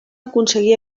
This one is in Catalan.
aconseguir